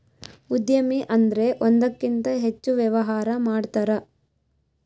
ಉದ್ಯಮಿ ಅಂದ್ರೆ ಒಂದಕ್ಕಿಂತ ಹೆಚ್ಚು ವ್ಯವಹಾರ ಮಾಡ್ತಾರ